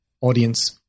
audience